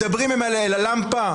מדברים ללמפה?